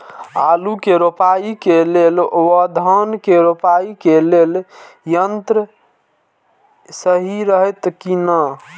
आलु के रोपाई के लेल व धान के रोपाई के लेल यन्त्र सहि रहैत कि ना?